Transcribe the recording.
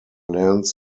lands